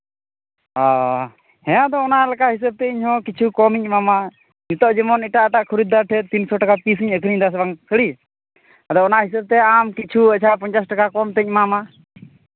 ᱚᱻ ᱟᱫᱚ ᱚᱱᱟ ᱞᱮᱠᱟ ᱦᱤᱥᱟᱹᱵᱽ ᱛᱮ ᱤᱧᱦᱚᱸ ᱠᱤᱪᱷᱩ ᱠᱚᱢᱼᱠᱚᱢᱤᱧ ᱮᱢᱟᱢᱟ ᱱᱤᱛᱚᱜ ᱡᱮᱢᱚᱱ ᱮᱴᱟᱜᱼᱮᱴᱟᱜ ᱠᱷᱚᱨᱤᱫᱽᱫᱟᱨ ᱴᱷᱮᱱ ᱛᱤᱱᱥᱚ ᱴᱟᱠᱟ ᱯᱤᱥᱤᱧ ᱟᱹᱠᱷᱨᱤᱧ ᱫᱟᱥᱮ ᱵᱟᱝ ᱥᱟᱹᱲᱤ ᱟᱫᱚ ᱚᱱᱟ ᱦᱤᱥᱟᱹᱵᱽ ᱛᱮ ᱟᱢ ᱠᱤᱪᱷᱩ ᱟᱪᱪᱷᱟ ᱯᱚᱧᱪᱟᱥ ᱴᱟᱠᱟ ᱠᱚᱢ ᱛᱤᱧ ᱮᱢᱟᱢᱟ